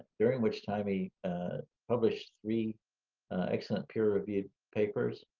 during which time, he published three excellent peer reviewed papers,